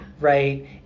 right